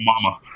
mama